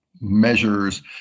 measures